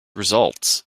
results